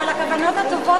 אבל הכוונות הטובות,